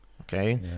Okay